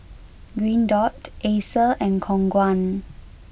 Green dot Acer and Khong Guan